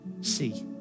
see